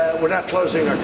we're not closing.